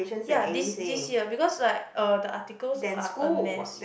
ya this this year because like uh the articles are a mess